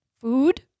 Food